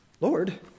Lord